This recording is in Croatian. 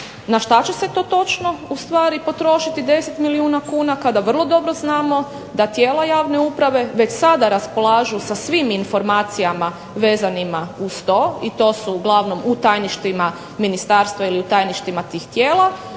na šta će se to točno ustvari potrošiti 10 milijuna kuna, kada vrlo dobro znamo da tijela javne uprave već sada raspolažu sa svim informacijama vezanima uz to, i to su uglavnom u tajništvima ministarstva, ili u